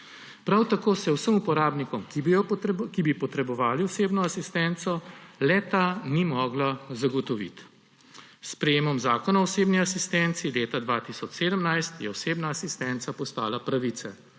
Prav tako se vsem uporabnikom, ki bi potrebovali osebno asistenco, le-ta ni mogla zagotoviti. S sprejetjem Zakona o osebni asistenci leta 2017 je osebna asistenca postala pravica.